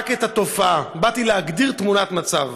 רק את התופעה, באתי להגדיר תמונת מצב.